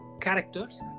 characters